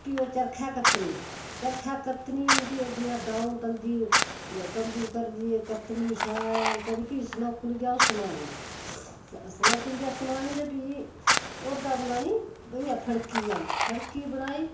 फ्ही ओह् चर्खै कत्तनी चर्खै कत्तनी फ्ही ओह्दियां दऊं तंद्दी तंद्दु करी कत्तनी शैल करी फ्ही सनौकलिया ओह् सनोआनी सनौकलिया सनोआनी ते फ्ही ओह्दा बनानी इ'यां फड़की जन फड़की बनाई